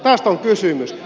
tästä on kysymys